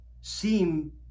seem